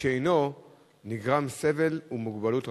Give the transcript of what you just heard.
ובלעדיו נגרמים סבל ומוגבלות רבה.